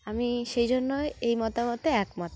আমি সেই জন্যই এই মতামতে একমত